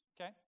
Okay